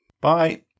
Bye